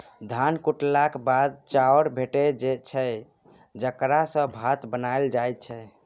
धान कुटेलाक बाद चाउर भेटै छै जकरा सँ भात बनाएल जाइ छै